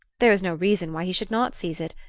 there was no reason why he should not seize it,